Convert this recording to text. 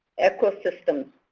ecosystem.